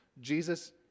Jesus